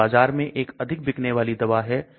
यह बाजार में एक अधिक बिकने वाली दवा है